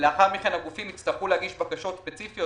לאחר מכן הגופים יצטרכו להגיש בקשות ספציפיות,